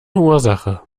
ursache